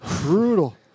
Brutal